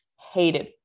hated